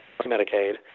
Medicaid